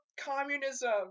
communism